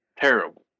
terrible